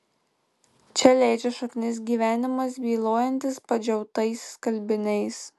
čia leidžia šaknis gyvenimas bylojantis padžiautais skalbiniais